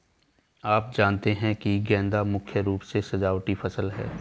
आप जानते ही है गेंदा मुख्य रूप से सजावटी फसल है